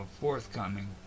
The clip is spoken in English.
forthcoming